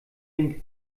dem